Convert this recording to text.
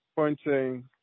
Pointing